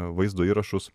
vaizdo įrašus